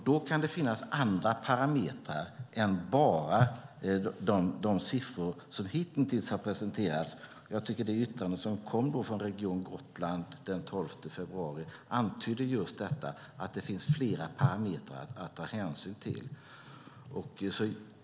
Då kan det finnas andra parametrar än bara de siffror som hittills har presenterats. Jag tycker att det yttrande som kom från Region Gotland den 12 februari antydde just att det finns flera parametrar att ta hänsyn till.